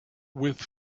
with